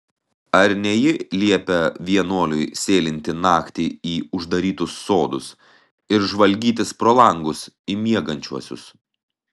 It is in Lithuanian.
ar ne ji liepia vienuoliui sėlinti naktį į uždarytus sodus ir žvalgytis pro langus į miegančiuosius